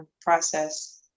process